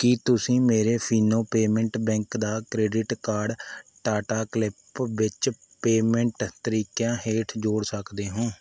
ਕੀ ਤੁਸੀਂਂ ਮੇਰੇ Fino payment bank ਦਾ ਕ੍ਰੈਡਿਟ ਕਾਰਡ ਟਾਟਾ ਕਲਿੱਪ ਵਿੱਚ ਪੇਮੈਂਟ ਤਰੀਕਿਆਂ ਹੇਠ ਜੋੜ ਸਕਦੇ ਹੋਂ